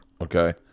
okay